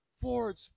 Ford's